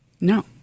No